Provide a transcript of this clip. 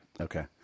Okay